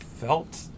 felt